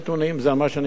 זה מה שאני יכול לבקש.